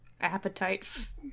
appetites